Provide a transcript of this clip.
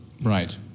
Right